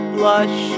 blush